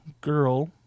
girl